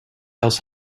else